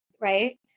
Right